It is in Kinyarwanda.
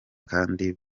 kandi